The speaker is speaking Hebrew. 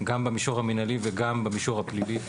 גם במישור המנהלי וגם במישור הפלילי.